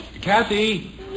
Kathy